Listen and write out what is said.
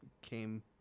came